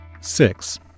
Six